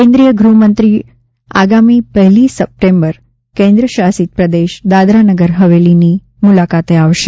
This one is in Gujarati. કેન્દ્રિય ગ્રહમંત્રી આગામી પહેલી સપ્ટેમ્બર કેન્દ્ર શાસિત પ્રદેસ દાદરાનગર હવેલીની મુલાકાતે આવશે